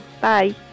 Bye